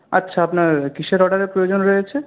আচ্ছা আপনার কিসের অর্ডারের প্রয়োজন রয়েছে